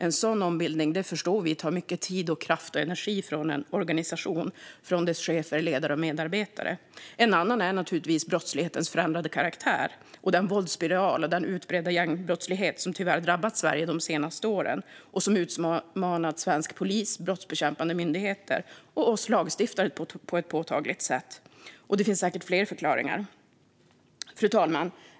En sådan omfattande ombildning förstår vi tar mycket tid, kraft och energi från en organisations chefer, ledare och medarbetare. En annan förklaring är naturligtvis brottslighetens förändrade karaktär och den våldsspiral och utbredda gängbrottslighet som tyvärr drabbat Sverige de senaste åren och som utmanat svensk polis, brottsbekämpande myndigheter och oss lagstiftare på ett påtagligt sätt. Det finns säkert fler förklaringar. Fru talman!